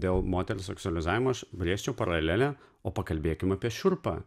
dėl moters seksualizavimo aš brėžčiau paralelę o pakalbėkim apie šiurpą